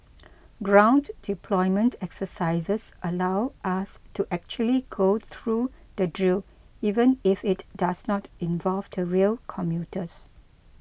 ground deployment exercises allow us to actually go through the drill even if it does not involve the rail commuters